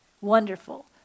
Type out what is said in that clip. wonderful